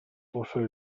fossero